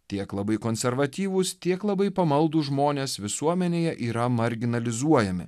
tiek labai konservatyvūs tiek labai pamaldūs žmonės visuomenėje yra marginalizuojami